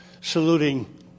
saluting